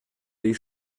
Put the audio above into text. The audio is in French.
les